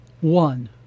one